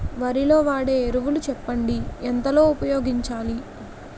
వరిలో వాడే ఎరువులు చెప్పండి? ఎంత లో ఉపయోగించాలీ?